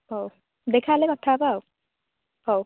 ହଉ ଦେଖା ହେଲେ କଥା ହେବା ଆଉ ହଉ